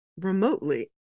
Remotely